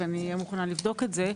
אהיה מוכנה לבדוק את זה.